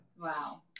Wow